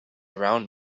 around